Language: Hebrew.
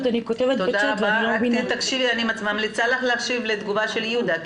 אני ממליצה לך להקשיב לתשובה של יהודה.